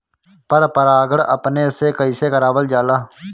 पर परागण अपने से कइसे करावल जाला?